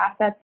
assets